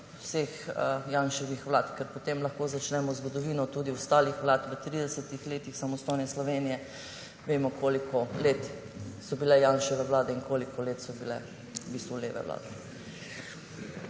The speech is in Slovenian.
vseh Janševih vlad, ker sicer lahko začnemo o zgodovini tudi ostalih vlad v 30 letih samostojne Slovenije. Vemo, koliko let so bile Janševe vlade in koliko let so bile leve vlade.